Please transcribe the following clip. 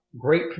Great